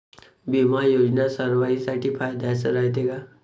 बिमा योजना सर्वाईसाठी फायद्याचं रायते का?